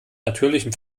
natürlichem